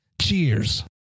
Cheers